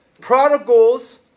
Prodigals